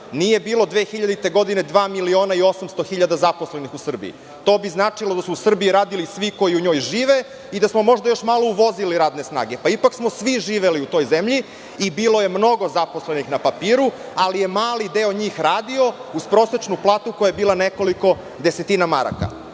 Nije bilo 2000. godine dva miliona i 800 hiljada zaposlenih u Srbiji. To bi značilo da su u Srbiji radili svi koji u njoj žive i da smo možda još malo uvozili radne snage, pa ipak smo svi živeli u toj zemlji, i bilo je mnogo zaposlenih na papiru, ali je mali deo njih radio uz prosečnu platu koja je bila nekoliko desetina maraka. Da